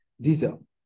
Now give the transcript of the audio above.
diesel